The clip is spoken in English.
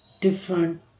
different